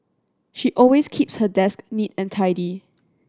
she always keeps her desk neat and tidy